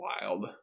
wild